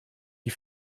die